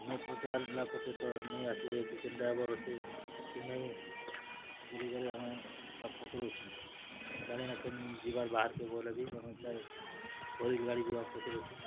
ନେଇ ପଚାରିଲା ପତେତ ନେଇ ଆସିବେକି କେନ୍ଟା ହବାର୍ ଅଛି କି ନେଇ ବୋଲିକରି ଆମେ ସବୁ ପଚାରୁଛୁ ଗାଡ଼ି ନେକେନ୍ ଯିବାର ବାହାର୍ କେ ବୋଲେ ବି ଆମେ ଚା ପରେ ଗାଡ଼ି ବି ଆମେ ପଚାରୁଛୁ